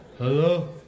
Hello